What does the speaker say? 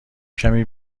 کمی